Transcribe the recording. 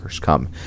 come